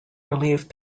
relieve